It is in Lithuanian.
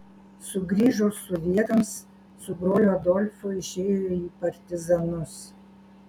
sugrįžus sovietams su broliu adolfu išėjo į partizanus